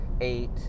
eight